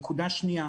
נקודה שנייה,